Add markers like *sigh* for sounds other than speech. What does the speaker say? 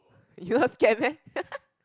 you not scare meh *laughs*